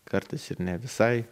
kartais ir ne visai